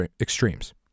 extremes